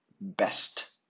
best